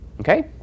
Okay